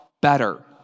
better